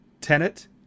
Tenet